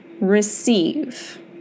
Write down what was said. receive